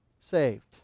saved